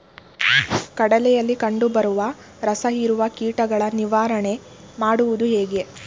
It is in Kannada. ಕಡಲೆಯಲ್ಲಿ ಕಂಡುಬರುವ ರಸಹೀರುವ ಕೀಟಗಳ ನಿವಾರಣೆ ಮಾಡುವುದು ಹೇಗೆ?